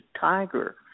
tiger